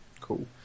Cool